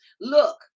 look